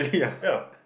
ya